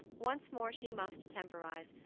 once more she must temporise,